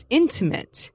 intimate